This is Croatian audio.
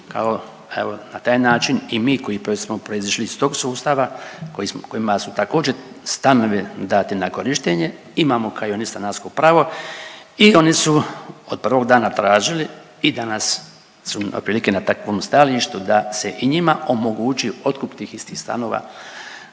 evo na taj način i mi koji smo proizišli iz tog sustava, kojima su također stanovi dati na korištenje imamo kao i oni stanarsko pravo i oni su od prvog dana tražili i danas su otprilike na takvom stajalištu da se i njima omogući otkup tih istih stanova